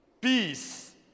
Peace